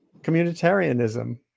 communitarianism